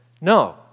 No